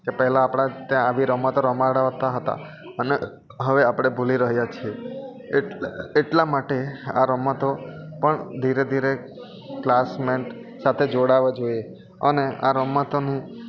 કે પહેલાં આપણાં ત્યાં આવી રમતો રમાડતા હતા અને હવે આપણે ભૂલી રહ્યા છીએ એટલા માટે આ રમતો પણ ધીરે ધીરે ક્લાસમેટ સાથે જોડાવા જોઈએ અને આ રમતોને